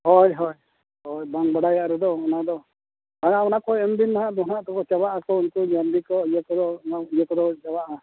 ᱦᱳᱭ ᱦᱳᱭ ᱦᱳᱭ ᱵᱟᱝ ᱵᱟᱰᱟᱭᱟᱜ ᱨᱮᱫᱚ ᱚᱱᱟ ᱫᱚ ᱚᱱ ᱚᱱᱟᱠᱚ ᱮᱢᱵᱤᱱ ᱦᱟᱸᱜ ᱟᱫᱚᱱᱟᱦᱟᱜ ᱠᱚ ᱪᱟᱵᱟᱜ ᱟᱠᱚ ᱩᱱᱠᱩ ᱡᱟᱹᱨᱰᱤ ᱠᱚ ᱤᱭᱟᱹ ᱠᱚᱫᱚ ᱚᱱᱟ ᱤᱭᱟᱹ ᱠᱚᱨᱮ ᱪᱟᱵᱟᱜᱼᱟ